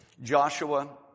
Joshua